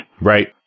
Right